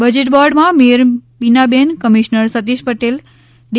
budget બોર્ડમાં mayor Binaben commissioner Satish Patel day